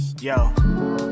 Yo